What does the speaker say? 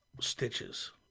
Stitches